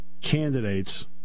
candidates